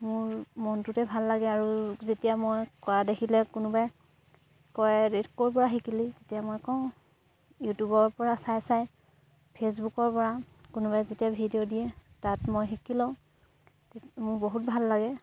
মোৰ মনটোতে ভাল লাগে আৰু যেতিয়া মই কৰা দেখিলে কোনোবাই কয় ক'ৰপৰা শিকিলি তেতিয়া মই কওঁ ইউটিউবৰপৰা চাই চাই ফেচবুকৰপৰা কোনোবাই যেতিয়া ভিডিঅ' দিয়ে তাত মই শিকি লওঁ মোৰ বহুত ভাল লাগে